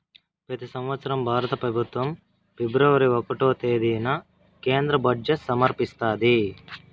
పెతి సంవత్సరం భారత పెబుత్వం ఫిబ్రవరి ఒకటో తేదీన కేంద్ర బడ్జెట్ సమర్పిస్తాది